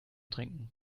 trinken